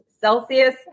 Celsius